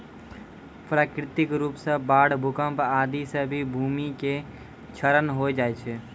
प्राकृतिक रूप सॅ बाढ़, भूकंप आदि सॅ भी भूमि के क्षरण होय जाय छै